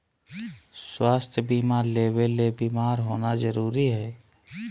स्वास्थ्य बीमा लेबे ले बीमार होना जरूरी हय?